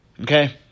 Okay